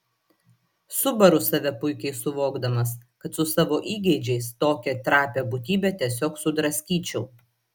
subaru save puikiai suvokdamas kad su savo įgeidžiais tokią trapią būtybę tiesiog sudraskyčiau